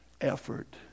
effort